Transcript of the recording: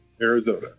Arizona